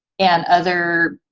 and other